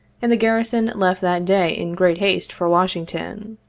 and the garrison left that day in great haste for washington.